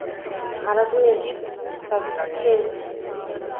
भारत में सब अच्छे हैं